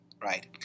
right